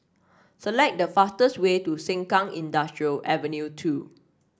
select the fastest way to Sengkang Industrial Avenue two